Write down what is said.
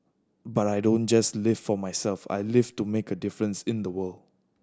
but I don't just live for myself I live to make a difference in the world